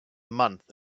month